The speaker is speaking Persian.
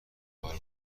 آور